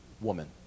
woman